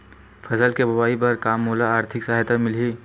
फसल के बोआई बर का मोला आर्थिक सहायता मिलही?